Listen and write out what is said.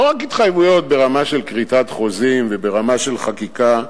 לא רק התחייבויות ברמה של כריתת חוזים וברמה של חקיקה,